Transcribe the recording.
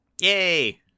Yay